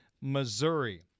Missouri